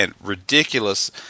ridiculous